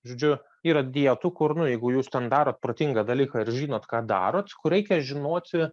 žodžiu yra dietų kur nu jeigu jūs ten darot protingą dalyką ar žinot ką darot kur reikia žinoti